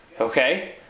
okay